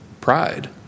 pride